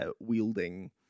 wielding